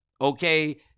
Okay